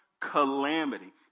calamity